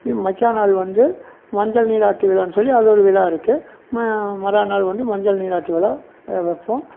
இது மக்ய்யா நாள் வந்து மஞ்சள் நீராட்டு விழான்னு சொல்லி அது ஒரு விழா இருக்கும் மறாநாள் வந்து மஞ்சள் நீராட்டு விழா வைப்போம்